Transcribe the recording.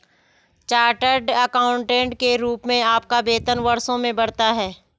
chartered accountant के रूप में आपका वेतन वर्षों में बढ़ता है